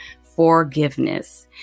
forgiveness